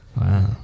Wow